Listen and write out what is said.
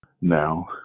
Now